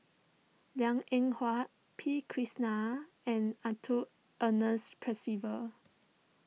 Liang Eng Hwa P Krishnan and Arthur Ernest Percival